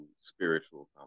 spiritual